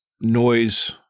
noise –